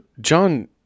John